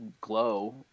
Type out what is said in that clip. glow